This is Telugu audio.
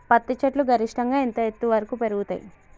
పత్తి చెట్లు గరిష్టంగా ఎంత ఎత్తు వరకు పెరుగుతయ్?